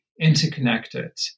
interconnected